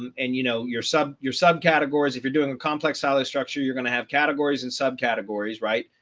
um and you know, your sub your subcategories. if you're doing a complex solid structure, you're going to have categories and subcategories, right?